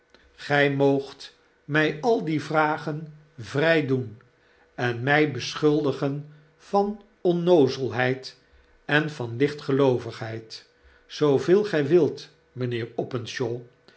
gij moogt mij al die vragen vrij doen en mij beschuldigen van onnoozelbeid en van lichtgeloovigheid zooveel gjj wilt mynheer openshaw